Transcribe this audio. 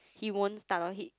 he won't start on it